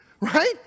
right